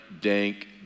dank